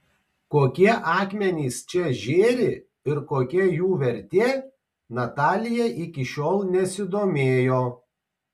kokie akmenys čia žėri ir kokia jų vertė natalija iki šiol nesidomėjo